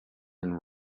and